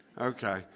Okay